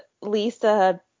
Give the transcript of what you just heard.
Lisa